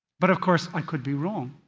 but of course, i could be wrong.